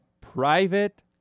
private